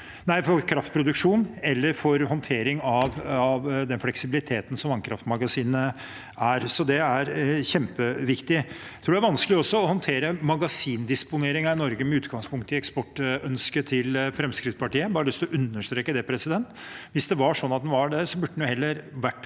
for kraftproduksjon eller for håndtering av den fleksibiliteten som vannkraftmagasinene er. Det er kjempeviktig. Jeg tror det også er vanskelig å håndtere magasindisponeringen i Norge med utgangspunkt i eksportønsket til Fremskrittspartiet. Jeg har bare lyst til å understreke det. Hvis det er slik at en har det, burde en heller vært